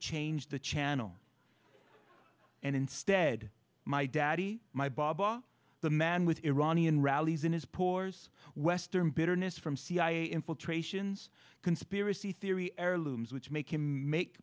change the channel and instead my daddy my baba the man with iranian rallies in his poor's western bitterness from cia infiltrations conspiracy theory heirlooms which make him make